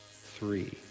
Three